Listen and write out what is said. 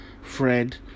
fred